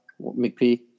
mcp